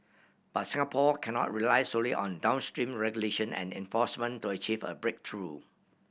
but Singapore cannot rely solely on downstream regulation and enforcement to achieve a breakthrough